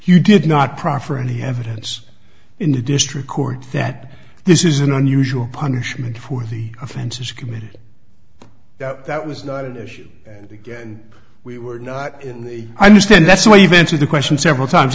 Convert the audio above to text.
you did not proffer any evidence in the district court that this is an unusual punishment for the offenses committed that that was not an issue and again we were not in the i understand that's what you've been through the question several times